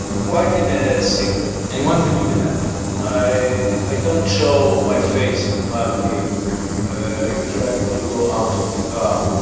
quite in a secret and he wants to keep it that way i don't show my face in public. i usually don't go out of the car.